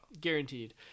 guaranteed